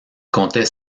comptait